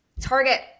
target